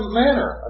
manner